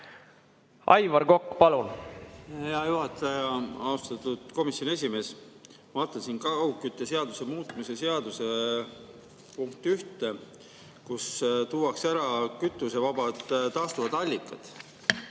Aivar Kokk, palun! Hea juhataja! Austatud komisjoni esimees! Ma vaatan siin ka kaugkütteseaduse muutmise seaduse punkti 1, kus tuuakse ära kütusevabad taastuvad allikad,